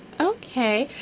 Okay